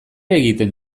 egiten